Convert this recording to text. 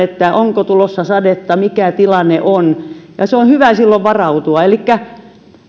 onko tulossa sadetta mikä tilanne on ja silloin on hyvä varautua